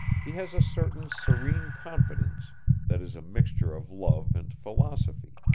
he has a certain serene confidence that is a mixture of love and philosophy.